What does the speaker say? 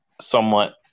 somewhat